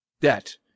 debt